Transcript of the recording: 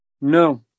no